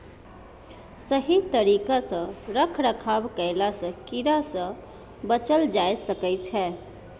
सही तरिका सँ रख रखाव कएला सँ कीड़ा सँ बचल जाए सकई छै